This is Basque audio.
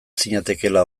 zinatekeela